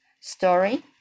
story